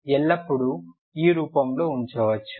మనము ఎల్లప్పుడూ ఈ రూపంలో ఉంచవచ్చు